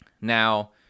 Now